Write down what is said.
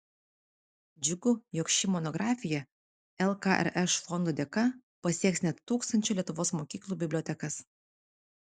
džiugu jog ši monografija lkrš fondo dėka pasieks net tūkstančio lietuvos mokyklų bibliotekas